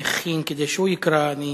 הכין כדי שהוא יקרא, ואני